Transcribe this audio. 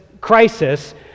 crisis